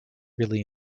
really